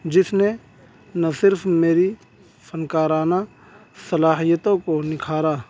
جس نے نہ صرف میری فنکارانہ صلاحیتوں کو نکھارا